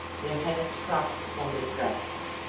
their hands crossed upon their breasts,